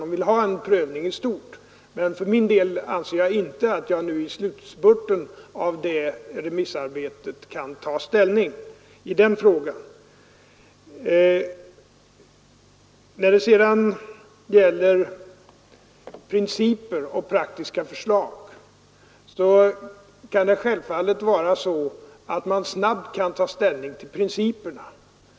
De vill ha en prövning i stort. För min del anser jag dock inte att jag nu i slutspurten av det nämnda remissarbetet kan ta ställning i den frågan. När det sedan gäller förhållandet mellan principer och praktiska förslag kan det självfallet vara så att man snabbt kan ta ställning till principerna.